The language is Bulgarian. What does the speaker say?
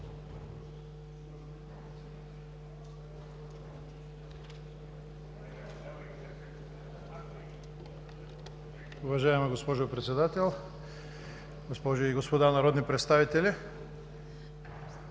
Уважаема госпожо Председател, госпожи и господа народни представители!